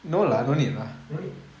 no need